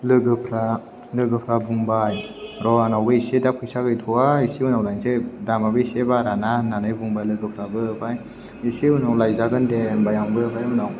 लोगोफोरा बुंबाय र' आंनावबो इसे दा फैसा गैथ'वा इसे उनाव लायनोसै दामाबो इसे बाराना होननानै बुंबाय लोगोफ्राबो ओमफ्राय इसे उनाव लायजागोन दे होनबाय आंबो ओमफ्राय उनाव